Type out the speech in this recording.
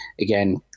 again